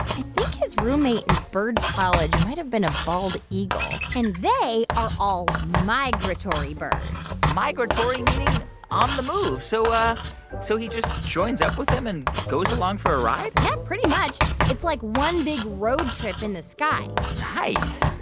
i think his roommate in bird college might have been a bald eagle. and they are all migratory birds migratory, meaning on the move. so so he just joins up with them and goes along for a ride? yeah, pretty much. it's like one big road trip in the sky nice.